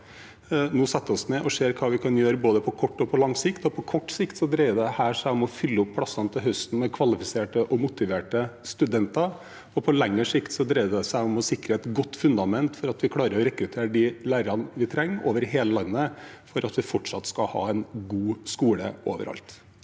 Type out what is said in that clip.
nå setter oss ned og ser hva vi kan gjøre på både kort og lang sikt. På kort sikt dreier dette seg om å fylle opp plassene til høsten med kvalifiserte og motiverte studenter. På lengre sikt dreier det seg om å sikre et godt fundament for å klare å rekruttere de lærerne vi trenger over hele landet, slik at vi fortsatt skal ha en god skole overalt.